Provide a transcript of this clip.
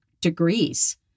degrees